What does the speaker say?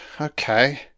okay